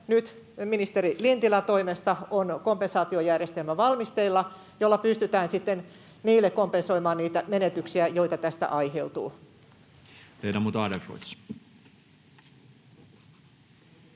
syystä ministeri Lintilän toimesta on nyt kompensaatiojärjestelmä valmisteilla, jolla pystytään sitten niille kompensoimaan niitä menetyksiä, joita tästä aiheutuu.